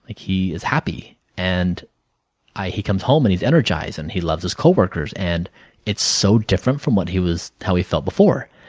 like he is happy and he comes home and he is energized and he loves his coworkers and it so different from what he was how he felt before.